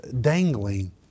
dangling